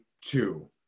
two